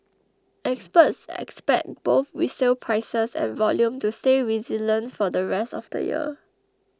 experts expect both resale prices and volume to stay resilient for the rest of the year